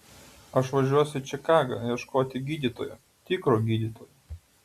aš važiuosiu į čikagą ieškoti gydytojo tikro gydytojo